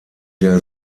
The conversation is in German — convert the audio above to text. der